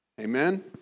Amen